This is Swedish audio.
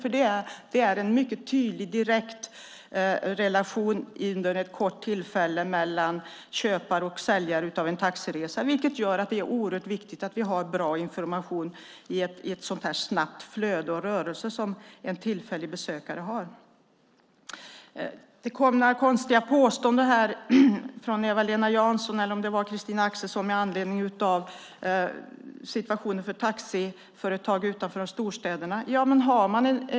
Vid det korta tillfället finns en direkt relation mellan köpare och säljare av en taxiresa, vilket gör att det är viktigt med bra information för tillfälliga besökare. Det kom några konstiga påståenden från Eva-Lena Jansson eller om det var Christina Axelsson med anledning av situationen för taxiföretag utanför storstäderna.